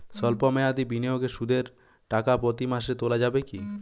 সল্প মেয়াদি বিনিয়োগে সুদের টাকা প্রতি মাসে তোলা যাবে কি?